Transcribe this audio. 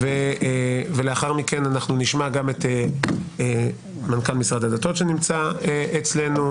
לאחר מכן נשמע גם את מנכ"ל משרד הדתות שנמצא אצלנו,